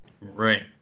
Right